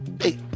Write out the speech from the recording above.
Hey